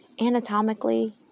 anatomically